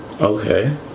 Okay